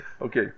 Okay